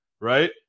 Right